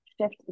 shift